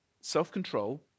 self-control